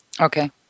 Okay